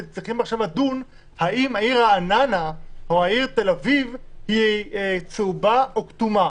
צריכים עכשיו לדון האם רעננה או תל אביב היא צהובה או כתומה